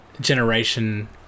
generation